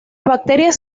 baterías